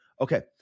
okay